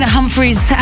Humphreys